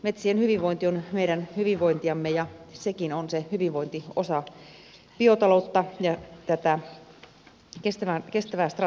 metsien hyvinvointi on meidän hyvinvointiamme ja sekin on se hyvinvointi osa biotaloutta ja tätä kestävää strategiaa